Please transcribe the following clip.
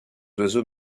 oiseaux